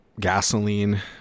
gasoline